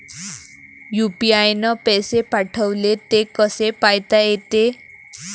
UPI न पैसे पाठवले, ते कसे पायता येते?